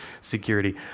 security